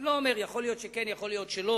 אני לא אומר, יכול להיות שכן, יכול להיות שלא.